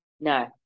No